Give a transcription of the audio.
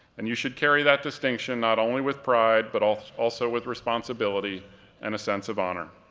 and you should carry that distinction not only with pride, but also also with responsibility and a sense of honor.